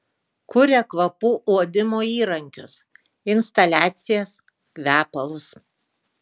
kuria kvapų uodimo įrankius instaliacijas kvepalus